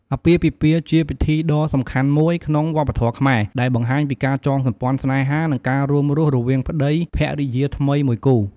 អាពាហ៍ពិពាហ៍ ជាពិធីដ៏សំខាន់មួយក្នុងវប្បធម៌ខ្មែរ ដែលបង្ហាញពីការចងសម្ព័ន្ធស្នេហា និងការរួមរស់រវាងប្ដីភរិយាថ្មីមួយគូ។